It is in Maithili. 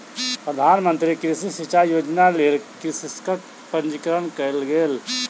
प्रधान मंत्री कृषि सिचाई योजनाक लेल कृषकक पंजीकरण कयल गेल